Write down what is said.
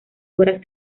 obras